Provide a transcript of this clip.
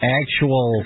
actual